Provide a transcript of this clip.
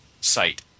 site